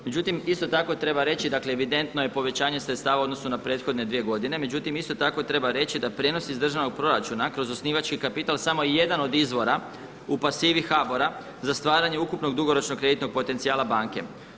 Međutim, isto tako treba reći dakle evidentno je povećanje sredstava u odnosu na prethodne dvije godine, međutim isto tako treba reći da prijenos iz državnog proračuna kroz osnivački kapital samo je jedan od izvora u pasivi HBOR-a za stvaranje ukupnog dugoročnog kreditnog potencijala banke.